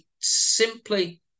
simply